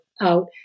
out